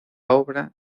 obra